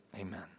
Amen